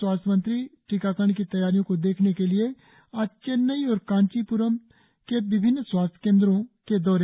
स्वास्थ्य मंत्री टीकाकरण की तैयारियों को देखने के लिए आज चेन्नई और कांचीप्रम के विभिन्न स्वास्थ केंद्रों का दौरा किया